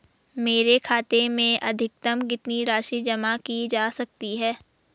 मेरे खाते में अधिकतम कितनी राशि जमा की जा सकती है?